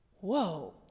whoa